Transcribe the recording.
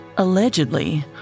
Allegedly